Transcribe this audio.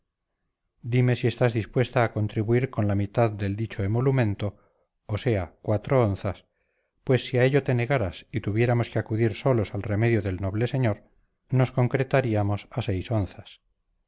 dime si estás dispuesta a contribuir con la mitad del dicho emolumento o sea cuatro onzas pues si a ello te negaras y tuviéramos que acudir solos al remedio del noble señor nos concretaríamos a seis onzas